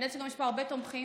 ושיש פה הרבה תומכים,